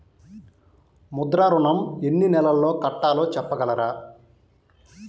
ముద్ర ఋణం ఎన్ని నెలల్లో కట్టలో చెప్పగలరా?